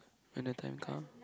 when the time come